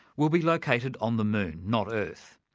will be located on the moon, not earth.